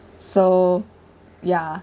so ya